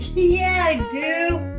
yeah i do!